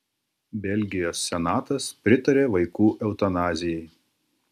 belgijos senatas pritarė vaikų eutanazijai